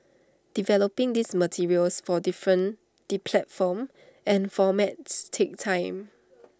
developing these materials for different the platforms and formats takes time